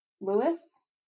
Lewis